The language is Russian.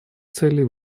целей